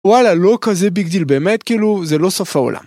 וואלה, לא כזה ביג דיל, באמת, כאילו, זה לא סוף העולם.